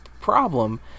problem